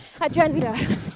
agenda